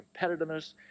competitiveness